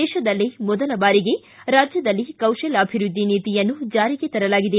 ದೇಶದಲ್ಲೇ ಮೊದಲ ಬಾರಿಗೆ ರಾಜ್ಯದಲ್ಲಿ ಕೌಶಲ್ಕಾಭಿವೃದ್ಧಿ ನೀತಿಯನ್ನು ಜಾರಿಗೆ ತರಲಾಗಿದೆ